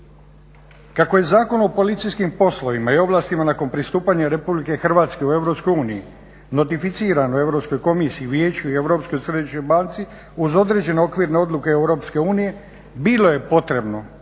Kako je Zakon o policijskim poslovima i ovlastima nakon pristupanja RH u EU, notificiran u Europskoj komisiji i u vijeću i u Europskoj središnjoj banci, uz određene okvirne odluke EU bilo je potrebno